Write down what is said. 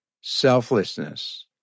Selflessness